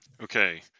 Okay